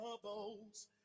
troubles